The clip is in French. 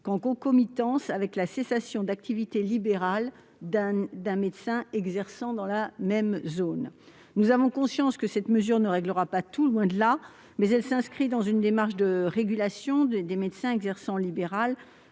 concomitante avec la cessation d'activité libérale d'un médecin exerçant dans la même zone. Nous avons conscience que cette mesure ne réglera pas tout, loin de là, mais elle s'inscrit dans une démarche de régulation des médecins d'exercice libéral,